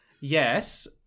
Yes